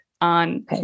on